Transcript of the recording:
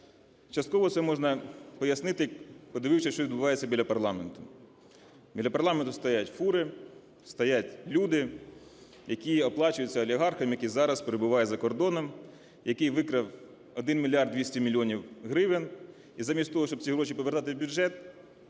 частково це можна пояснити, подивившись, що відбувається біля парламенту. Біля парламенту стоять фури, стоять люди, які оплачуються олігархом, який зараз перебуває за кордоном, який викрав 1 мільярд 200 мільйонів гривень, і замість того, щоб ці гроші повертати в бюджет,